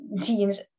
teams